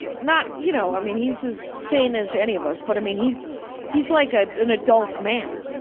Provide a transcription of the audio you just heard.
not, you know i mean, he's as sane as any of us. but i mean, he's he's like ah an adult man.